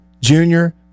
junior